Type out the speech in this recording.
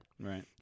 Right